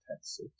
Texas